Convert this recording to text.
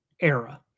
era